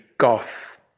goth